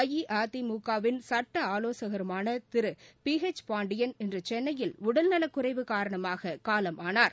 அஇஅதிமுக வின் சட்ட ஆலோசகருமான திரு பி ஹெச் பாண்டியன் இன்று சென்னையில் உடல்நலக்குறைவு காரணமாக காலமானார்